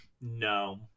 no